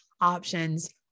options